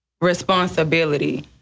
responsibility